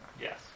Yes